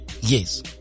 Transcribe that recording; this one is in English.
Yes